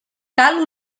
cal